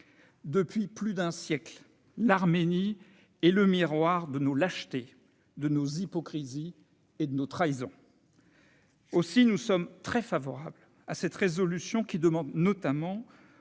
Depuis plus d'un siècle, l'Arménie est le miroir de nos lâchetés, de nos hypocrisies et de nos trahisons. Très bien ! Aussi, nous sommes très favorables à cette proposition de résolution, qui demande notamment